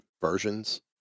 versions